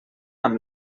amb